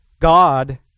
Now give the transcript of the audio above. God